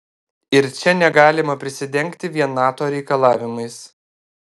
ir čia negalima prisidengti vien nato reikalavimais